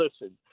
listen